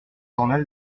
journal